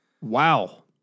Wow